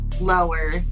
Lower